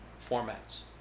formats